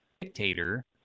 dictator